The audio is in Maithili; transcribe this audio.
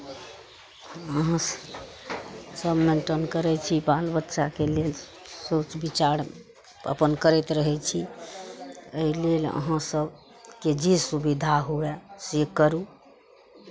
अहाँ सभ मेन्टन करै छी बाल बच्चाके लेल सोच विचार अपन करैत रहै छी एहि लेल अहाँ सभकेँ जे सुविधा हुए से करू